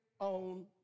own